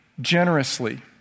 generously